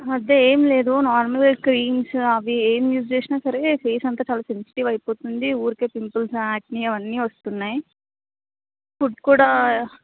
అదే ఏం లేదు నార్మల్గా క్రీమ్స్ అవి ఏం యూజ్ చేసినా సరే ఫేస్ అంతా చాలా సెన్సిటివ్ అయిపోతుంది ఊరికే పింపుల్స్ యాక్నే అవన్నీ వస్తున్నాయి ఫుడ్ కూడా